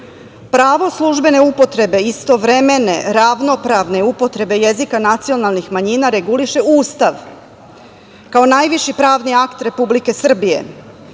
Pravo službene upotrebe, istovremene, ravnopravne upotrebe jezika nacionalnih manjina reguliše Ustav, kao najviši pravni akt Republike Srbije.